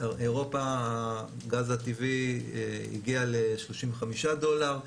באירופה הגז הטבעי הגיע ל-35 דולר.